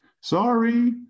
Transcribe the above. Sorry